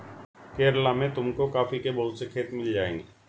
केरला में तुमको कॉफी के बहुत से खेत मिल जाएंगे